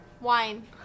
Wine